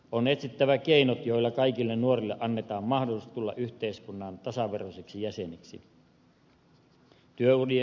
on etsittävä keinot joilla kaikille nuorille annetaan mahdollisuus tulla yhteiskunnan tasaveroisiksi jäseniksi